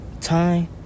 Time